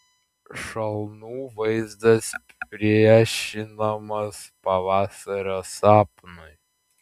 šalnų vaizdas priešinamas pavasario sapnui